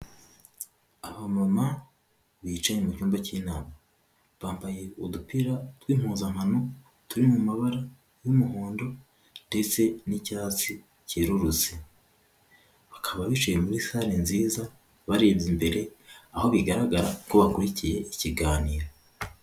Aba mama bicaye mu cyumba cy'inama bambaye udupira tw'impuzankano turi mu mabara y'umuhondo ndetse n'icyatsi cyerurutse, bakaba bicaye muri sare nziza barebye imbere aho bigaragara ko bakurikiye ikiganiro.